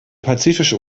pazifische